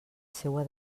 seua